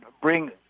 bring